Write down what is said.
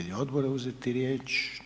odbora uzeti riječ?